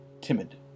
timid